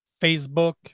Facebook